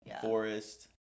Forest